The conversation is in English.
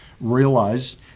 realize